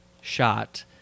shot